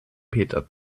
peter